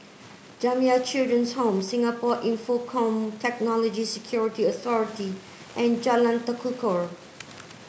Jamiyah Children's Home Singapore Infocomm Technology Security Authority and Jalan Tekukor